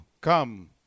come